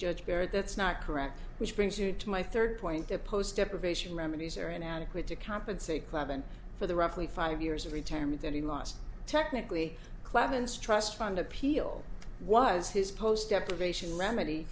judge perry that's not correct which brings you to my third point the post deprivation remedies are inadequate to compensate club and for the roughly five years of retirement that he lost technically clemence trust fund appeal was his post deprivation remedy